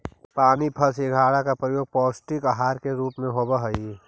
पानी फल सिंघाड़ा का प्रयोग पौष्टिक आहार के रूप में होवअ हई